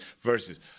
versus